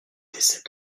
décès